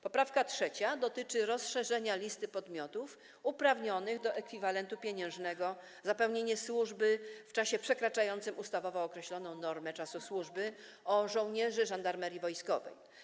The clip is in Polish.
Poprawka trzecia dotyczy rozszerzenia listy podmiotów uprawnionych do ekwiwalentu pieniężnego za pełnienie służby w czasie przekraczającym ustawowo określoną normę czasu służby o żołnierzy Żandarmerii Wojskowej.